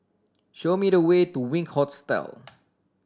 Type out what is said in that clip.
show me the way to Wink Hostel